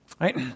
Right